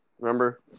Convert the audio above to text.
Remember